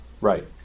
right